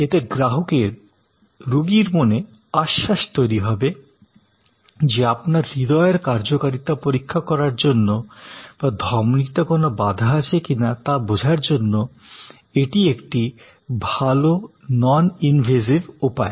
এতে গ্রাহকের রুগীর মনে আশ্বাস তৈরি হবে যে আপনার হৃদয়ের কার্যকারিতা পরীক্ষা করার জন্য বা ধমনীতে কোনো বাধা আছে কি না তা বোঝার জন্য একটি ভাল নন ইনভেসিভ উপায়